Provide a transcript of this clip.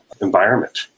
environment